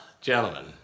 gentlemen